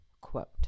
quote